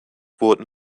wurden